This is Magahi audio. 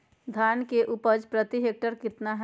धान की उपज प्रति हेक्टेयर कितना है?